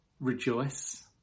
Rejoice